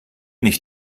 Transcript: nicht